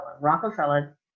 rockefeller